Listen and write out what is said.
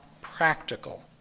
practical